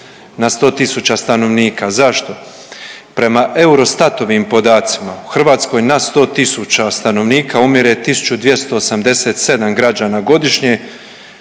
na 100 tisuća stanovnika. Zašto? Prema Eurostatovim podacima u Hrvatskoj na 100 tisuća stanovnika umire 1.287 građana godišnje,